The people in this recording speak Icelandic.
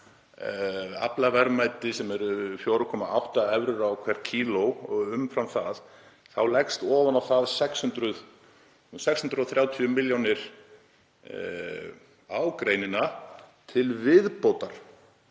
aflaverðmæti, sem er 4,8 evrur á hvert kíló og umfram það, þá leggjast ofan á það 630 milljónir á greinina til viðbótar